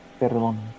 Perdón